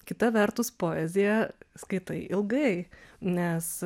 kita vertus poeziją skaitai ilgai nes